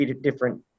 different